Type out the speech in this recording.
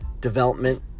development